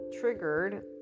triggered